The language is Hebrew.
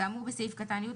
כאמור בסעיף (י).